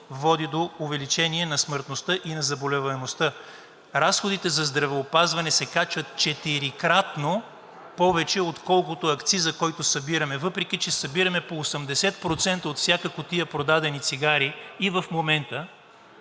води до увеличение на смъртността и на заболеваемостта. Разходите за здравеопазване се качват четирикратно повече, отколкото акциза, който събираме. Въпреки че събираме по 80% от всяка кутия продадени цигари и в момента